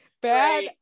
bad